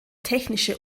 technische